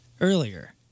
earlier